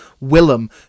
Willem